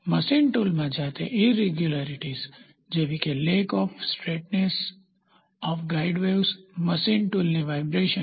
machine ટૂલમાં જાતે irregularities જેવી કે lack of straightness of guideways machine ટૂલની વાઈબ્રેશન